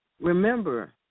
remember